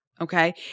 okay